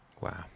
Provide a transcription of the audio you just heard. Wow